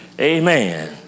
Amen